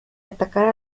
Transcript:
atacar